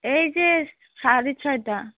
এই যে সাড়ে ছটা